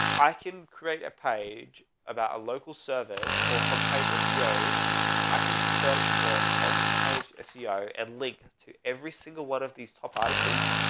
i can create a page about a local service or on page seo i can search for on page seo and link to every single one of these top articles.